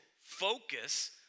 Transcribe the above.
focus